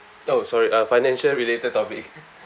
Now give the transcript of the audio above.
oh sorry uh financial related topic